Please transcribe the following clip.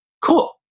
cool